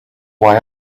why